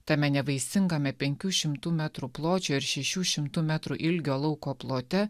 tame nevaisingame penkių šimtų metrų pločio ir šešių šimtų metrų ilgio lauko plote